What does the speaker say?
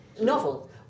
novel